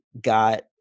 got